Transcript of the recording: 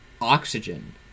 oxygen